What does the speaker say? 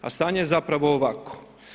A stanje je zapravo ovakvo.